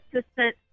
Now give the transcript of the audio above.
assistant